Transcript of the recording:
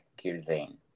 cuisine